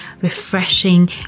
refreshing